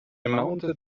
mounted